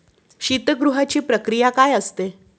शीतगृहाची प्रक्रिया काय असते?